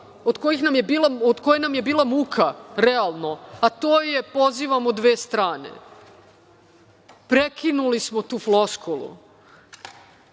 od koje nam je bila muka realno, a to je pozivamo dve strane. Prekinuli smo tu floskulu,